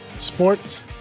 sports